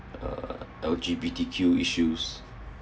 uh L_G_B_D_Q issues